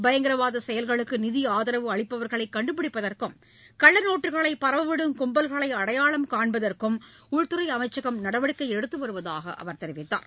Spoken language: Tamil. பயங்கரவாத செயல்களுக்கு நிதி ஆதரவு அளிப்பவர்களை கண்டுபிடிப்பதற்கும் கள்ள நோட்டுகளை பரவலிடும் கும்பல்களை அடையாளம் காண்பதற்கும் உள்துறை அமைச்சகம் நடவடிக்கை எடுத்து வருவதாக அவர் தெரிவித்தார்